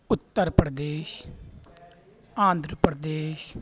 Uttar Pradesh Andhra Pradesh